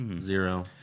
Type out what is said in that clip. Zero